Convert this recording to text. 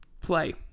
play